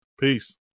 Peace